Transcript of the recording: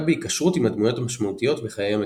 בהיקשרות עם הדמויות המשמעותיות בחיי המטופל.